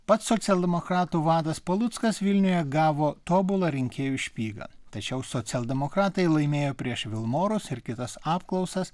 pats socialdemokratų vadas paluckas vilniuje gavo tobulą rinkėjų špygą tačiau socialdemokratai laimėjo prieš vilmorus ar kitas apklausas